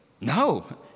no